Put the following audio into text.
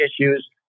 issues